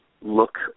look